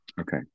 Okay